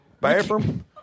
bathroom